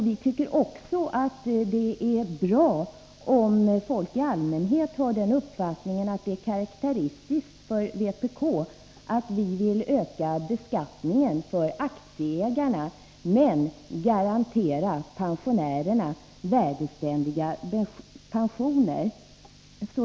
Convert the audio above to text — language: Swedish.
Vi tycker också att det är bra om folk i allmänhet har den uppfattningen, att det är karakteristiskt för vpk att vilja öka beskattningen för aktieägarna men garantera pensionärerna värdebeständiga pensioner.